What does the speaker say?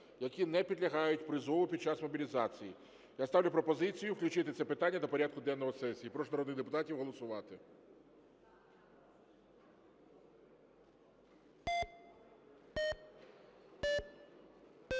Я ставлю пропозицію включити це питання до порядку денного сесії. Прошу народних депутатів голосувати.